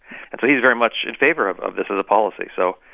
and so he's very much in favor of of this as a policy. so,